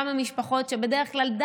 שגם המשפחות שבדרך כלל,